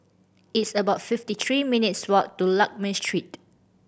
it's about fifty three minutes' walk to Lakme Street